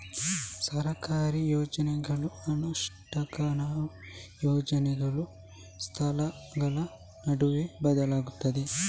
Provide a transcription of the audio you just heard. ಸರ್ಕಾರಿ ಯೋಜನೆಗಳ ಅನುಷ್ಠಾನವು ಯೋಜನೆಗಳು, ಸ್ಥಳಗಳ ನಡುವೆ ಬದಲಾಗುತ್ತದೆ